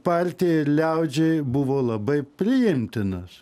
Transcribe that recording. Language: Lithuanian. partijai liaudžiai buvo labai priimtinas